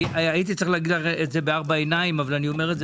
אני מזהה את המגמה הזאת, וזה לא רק פה.